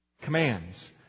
Commands